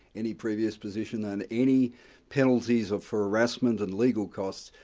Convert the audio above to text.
any previous position and any penalties ah for harassment and legal costs,